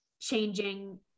changing